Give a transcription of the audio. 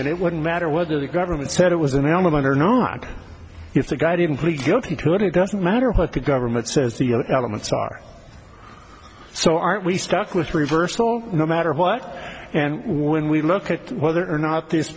and it wouldn't matter whether the government said it was an element or not if the guy didn't plead guilty to it it doesn't matter what the government says the other elements are so aren't we stuck with reversal no matter what and when we look at whether or not this